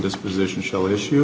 disposition show issue